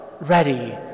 ready